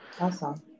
Awesome